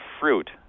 fruit